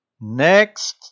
next